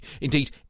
Indeed